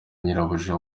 nyirabuja